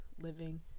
living